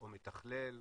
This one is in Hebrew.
או מתכלל,